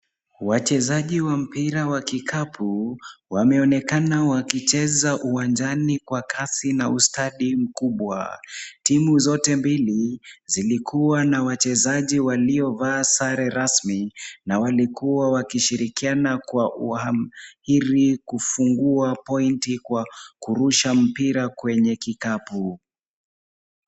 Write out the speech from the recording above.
Wachezaji wa mpira wa kikapu wanaonekana wakicheza uwanjani kwa kasi na ustadi mkubwa. Timu zote mbili zilikuwa na wachezaji waliovaa sare rasmi na walikuwa wakishirikiana kwa umahiri ili kufungua pointi kwa kurusha mpira kwenye kikapu .